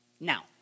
Now